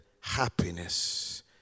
happiness